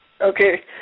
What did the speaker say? Okay